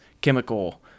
chemical